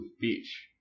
Beach